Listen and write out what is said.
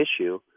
issue